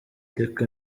reka